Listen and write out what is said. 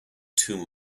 too